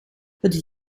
het